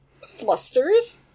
flusters